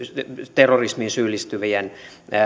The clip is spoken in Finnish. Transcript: terrorismiin syyllistyvien